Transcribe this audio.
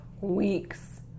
weeks